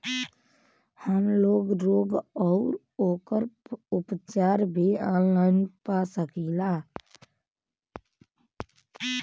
हमलोग रोग अउर ओकर उपचार भी ऑनलाइन पा सकीला?